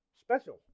special